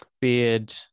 Beard